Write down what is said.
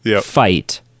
fight